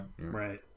right